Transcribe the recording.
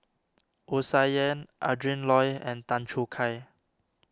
Wu Tsai Yen Adrin Loi and Tan Choo Kai